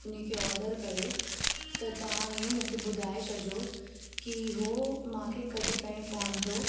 हुनखे ऑडर कॾहिं त तव्हां हीअ मूंखे ॿुधाए छॾियो की हो मूंखे कॾहिं ताईं पहुतदो